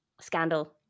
Scandal